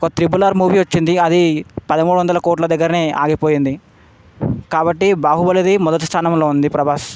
ఒక triple R movie వచ్చింది అది పదమూడు వందల కోట్ల దగ్గరనే ఆగిపోయింది కాబట్టి బాహుబలిది మొదటి స్థానంలో ఉంది ప్రభాస్